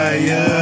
fire